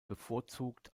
bevorzugt